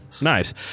Nice